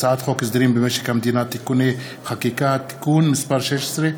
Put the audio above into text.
הצעת חוק הסדרים במשק המדינה (תיקוני חקיקה) (תיקון מס' 16),